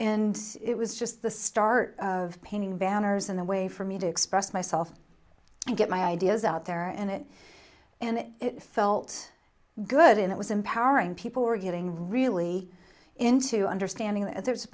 it was just the start of painting banners and the way for me to express myself and get my ideas out there and it and it felt good and it was empowering people were getting really into understanding that there's a